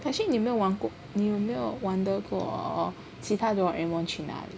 actually 你有玩过 err 有没有 wonder 过其他的 Doraemon 去哪里